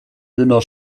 dünner